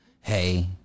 hey